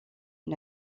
une